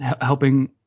helping